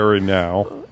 now